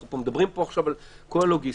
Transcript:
אנחנו מדברים פה עכשיו על כל הלוגיסטיקה.